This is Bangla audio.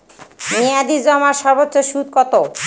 মেয়াদি জমার সর্বোচ্চ সুদ কতো?